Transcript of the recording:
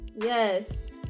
yes